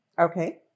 Okay